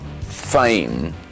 Fame